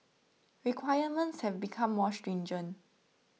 requirements have become more stringent